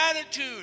attitude